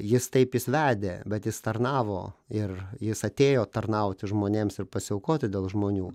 jis taip jis vedė bet jis tarnavo ir jis atėjo tarnauti žmonėms ir pasiaukoti dėl žmonių